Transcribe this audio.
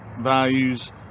values